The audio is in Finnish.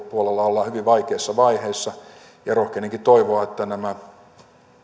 puolella ollaan hyvin vaikeassa vaiheessa ja rohkenenkin toivoa että nämä